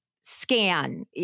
scan